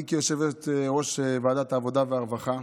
היא כיושבת-ראש ועדת העבודה והרווחה,